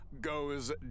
goes